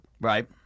Right